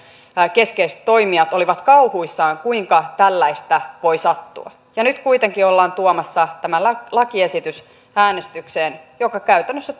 keskeiset toimijat olivat kauhuissaan kuinka tällaista voi sattua nyt kuitenkin ollaan tuomassa tämä lakiesitys äänestykseen joka käytännössä